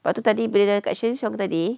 sebab tu tadi bila kat sheng siong tadi